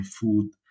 food